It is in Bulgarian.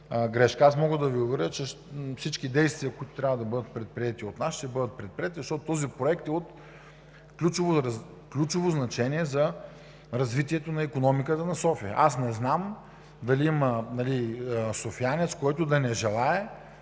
Мога да Ви уверя, че всички действия, които трябва да бъдат предприети от нас, ще бъдат предприети, защото този проект е от ключово значение за развитието на икономиката на София. Аз не знам дали има софиянец, пък и